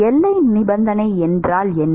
எல்லை நிபந்தனைகள் என்ன